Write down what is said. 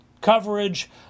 coverage